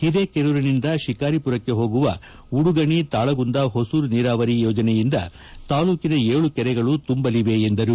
ಓರೇಕೆರೂರಿನಿಂದ ಶಿಕಾರಿಪುರಕ್ಷೆ ಹೋಗುವ ಉಡುಗಣಿ ತಾಳಗುಂದ ಹೊಸೂರು ನೀರಾವರಿ ಯೋಜನೆಯಿಂದ ತಾಲೂಕಿನ ಏಳು ಕರೆಗಳು ತುಂಬಲಿದೆ ಎಂದರು